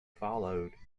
followed